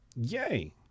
Yay